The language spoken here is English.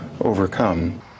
overcome